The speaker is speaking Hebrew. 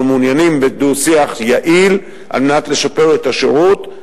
אנחנו מעוניינים בדו-שיח יעיל כדי לשפר את השירות,